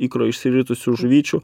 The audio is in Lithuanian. ikro išsiritusių žuvyčių